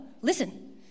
listen